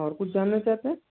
और कुछ जानना चाहते हैं